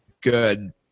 good